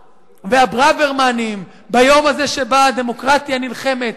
והברוורמנים ביום הזה שבו הדמוקרטיה נלחמת?